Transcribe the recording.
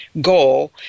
goal